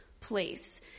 place